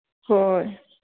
ꯍꯣꯏ